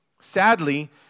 Sadly